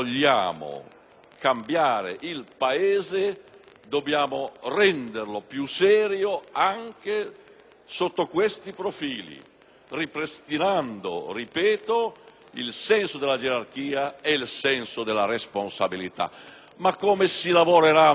cambiare il Paese, dobbiamo renderlo più serio anche sotto questi profili, ripristinando il senso della gerarchia e della responsabilità. Come si lavorerà meglio